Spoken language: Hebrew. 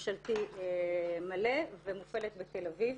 ממשלתי מלא ומופעלת בתל אביב.